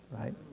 right